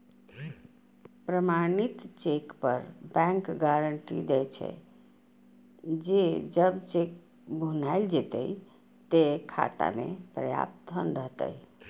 प्रमाणित चेक पर bank guarantee दै छे, जे जब चेक भुनाएल जेतै, ते खाता मे पर्याप्त धन रहतै